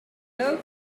low